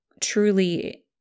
truly